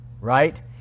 right